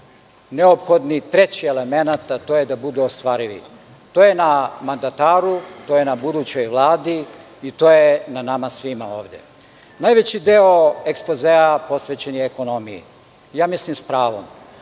neophodni treći elemenat, a to je da budu ostvarljivi. To je na mandataru, to je na budućoj Vladi i to je na nama svima ovde. Najveći deo ekspozea posvećen je ekonomiji, mislim s pravom.